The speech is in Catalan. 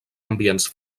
ambients